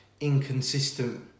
inconsistent